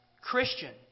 Christian